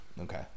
okay